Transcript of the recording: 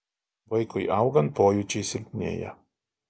vaikui augant pojūčiai silpnėja